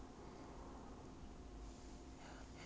okay the guy said it was like